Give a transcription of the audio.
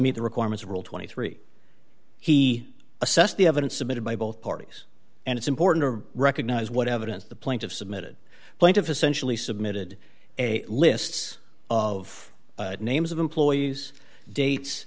meet the requirements of rule twenty three he assessed the evidence submitted by both parties and it's important to recognize what evidence the plaintiff submitted plaintiff essentially submitted a lists of names of employees dates